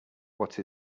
what